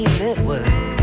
network